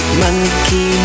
monkey